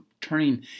turning